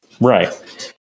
Right